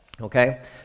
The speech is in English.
Okay